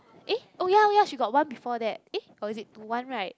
eh oh yea yea she got one before that eh or is it two one right